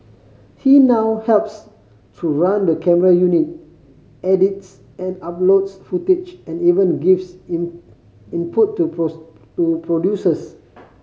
he now helps to run the camera unit edits and uploads footage and even gives in input to to producers